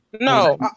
No